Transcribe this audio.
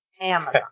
Amazon